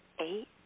eight